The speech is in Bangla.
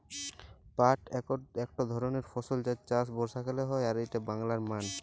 পাট একট ধরণের ফসল যার চাষ বর্ষাকালে হয় আর এইটা বাংলার মান